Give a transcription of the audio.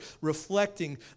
reflecting